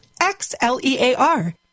X-L-E-A-R